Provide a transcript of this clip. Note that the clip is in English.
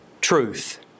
truth